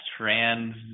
trans